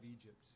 Egypt